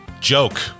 Joke